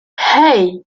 hey